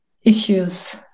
issues